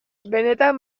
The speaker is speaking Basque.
benetan